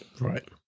Right